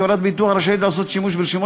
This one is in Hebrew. חברת ביטוח רשאית לעשות שימוש ברשימת